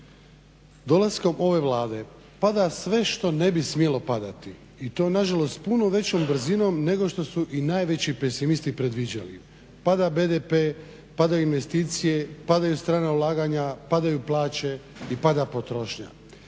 Dolaskom ove Vlade pada sve što ne bi smjelo padati i to nažalost puno većom brzinom nego što su i najveći pesimisti predviđali. Pada BDP, padaju investicije, padaju strana ulaganja, padaju plaće i pada potrošnja.